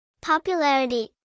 Popularity